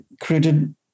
created